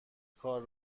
کار